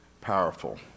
powerful